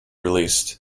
released